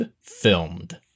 filmed